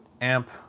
amp